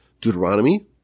Deuteronomy